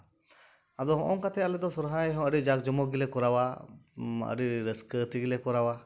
ᱟᱫᱚ ᱦᱚᱸᱜᱼᱚ ᱱᱚᱝᱠᱟ ᱛᱮ ᱟᱞᱮ ᱫᱚ ᱥᱚᱨᱦᱟᱭ ᱦᱚᱸ ᱟᱹᱰᱤ ᱡᱟᱸᱠᱼᱡᱚᱢᱚᱠ ᱜᱮᱞᱮ ᱠᱚᱨᱟᱣᱟ ᱟᱹᱰᱤ ᱨᱟᱹᱥᱠᱟᱹ ᱛᱮᱜᱮᱞᱮ ᱠᱚᱨᱟᱣᱟ